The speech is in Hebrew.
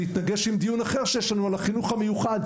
זה יתנגש על דיון אחר שיש לנו על החינוך המיוחד,